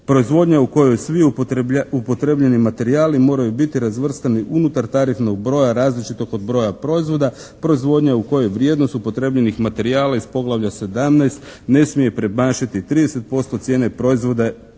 Proizvodnja u kojoj svi upotrebljeni materijali moraju biti razvrstani unutar tarifnog broja različitog od broja proizvoda, proizvodnja u kojoj vrijednost upotrebljenih materijala iz poglavlja 17 ne smije premašiti 30% cijene proizvoda